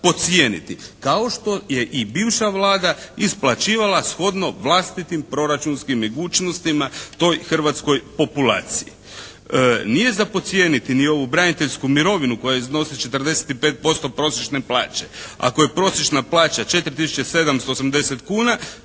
kao što je i bivša Vlada isplaćivala shodno vlastitim proračunskim mogućnostima toj hrvatskoj populaciji. Nije za podcijeniti ni ovu braniteljsku mirovinu koja iznosi 45% prosječne plaće. Ako je prosječna plaća 4780 kuna